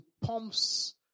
pumps